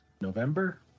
November